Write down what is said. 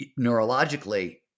neurologically